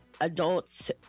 adults